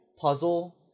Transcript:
puzzle